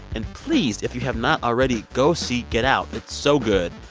and please, if you have not already, go see get out. it's so good.